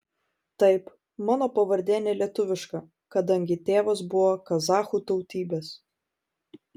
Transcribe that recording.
taip mano pavardė ne lietuviška kadangi tėvas buvo kazachų tautybės